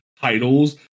titles